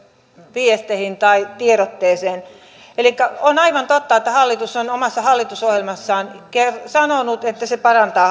viesteihin tai tiedotteeseen on aivan totta että hallitus on omassa hallitusohjelmassaan sanonut että se parantaa